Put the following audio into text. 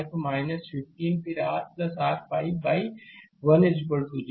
तो 15 फिर r r 5 by 1 0